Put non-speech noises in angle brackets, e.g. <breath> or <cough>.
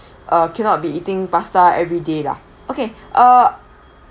<breath> uh cannot be eating pasta everyday lah okay <breath> uh